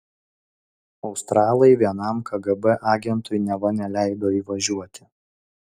australai vienam kgb agentui neva neleido įvažiuoti